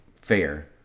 fair